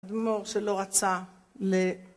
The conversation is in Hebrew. אדמו"ר שלא רצה ל..